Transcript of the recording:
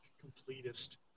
completest